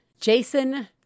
Jason